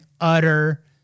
utter